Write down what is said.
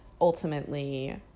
ultimately